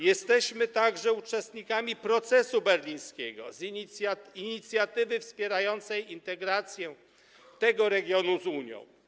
Jesteśmy także uczestnikami procesu berlińskiego, inicjatywy wspierającej integrację tego regionu z Unią.